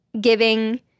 giving